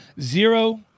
Zero